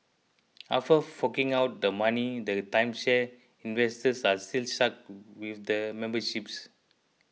after forking out the money the timeshare investors are still stuck with the memberships